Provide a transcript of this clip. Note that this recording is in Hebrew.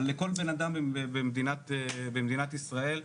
לכל אדם במדינת ישראל.